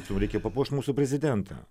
mums reikia papuošti mūsų prezidentą